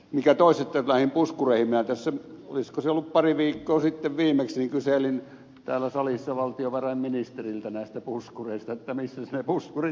mitä tulee näin puskureihin minä olisiko ollut pari viikkoa sitten viimeksi kyselin täällä salissa valtiovarainministeriltä näistä puskureista että missäs ne puskurit ovat